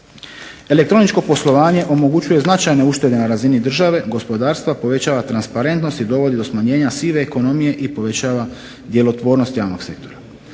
Elektroničko poslovanje omogućuje značajne uštede na razini države, gospodarstva, povećava transparentnost i dovodi do smanjenja sive ekonomije i povećava djelotvornost javnog sektora.